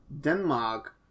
Denmark